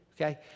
okay